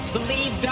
Believe